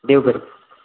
देव बरें